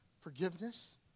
forgiveness